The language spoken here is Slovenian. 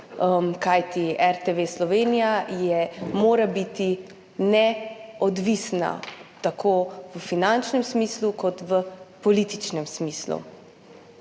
Kajti RTV Slovenija mora biti neodvisna, tako v finančnem smislu kot v političnem smislu.